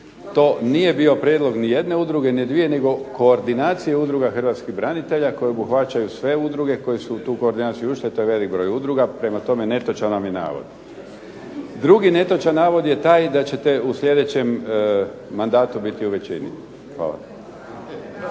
To nije bio prijedlog ni jedne udruge, ni dvije nego koordinacije udruga hrvatskih branitelja koje obuhvaćaju sve udruge koje su u tu koordinaciju ušle. To je velik broj udruga, prema tome netočan vam je navod. Drugi netočan navod je taj da ćete u sljedećem mandatu biti u većini. Hvala.